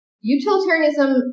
Utilitarianism